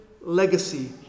legacy